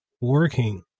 working